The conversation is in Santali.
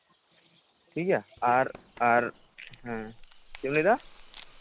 ᱴᱷᱤᱠᱜᱮᱭᱟ ᱟᱨ ᱟᱨ ᱦᱮᱸ ᱪᱮᱫ ᱮᱢ ᱞᱟᱹᱭᱫᱟ